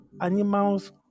animals